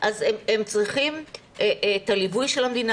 אז הם צריכים את הליווי של המדינה,